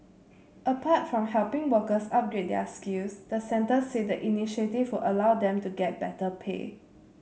apart from helping workers upgrade their skills the centre said the initiative would allow them to get better pay